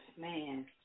man